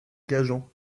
gajan